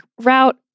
route